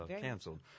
canceled